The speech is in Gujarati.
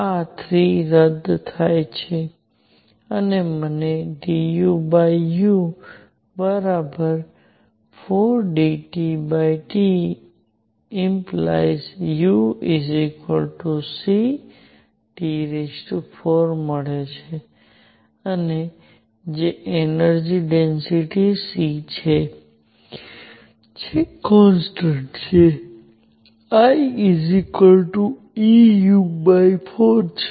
આ 3 રદ થાય છે અને મને duu4dTT⇒ucT4 મળે છે અને તે એનર્જિ ડેન્સિટિ c છે તે કોન્સટન્ટ Icu4 છે